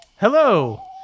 Hello